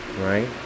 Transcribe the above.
Right